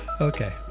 Okay